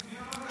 מי אמר דבר כזה?